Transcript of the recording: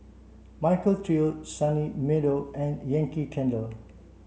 Michael Trio Sunny Meadow and Yankee Candle